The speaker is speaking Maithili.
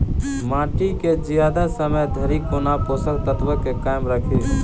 माटि केँ जियादा समय धरि कोना पोसक तत्वक केँ कायम राखि?